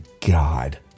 god